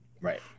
right